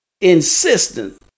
insistent